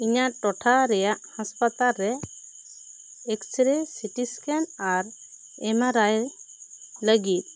ᱤᱧᱟᱹᱜ ᱴᱚᱴᱷᱟ ᱨᱮᱭᱟᱜ ᱦᱟᱥᱯᱟᱛᱟᱞ ᱨᱮ ᱮᱠᱥᱨᱮ ᱥᱤᱴᱤ ᱥᱠᱮᱱ ᱟᱨ ᱮᱢᱟᱨᱟᱭ ᱞᱟᱹᱜᱤᱫ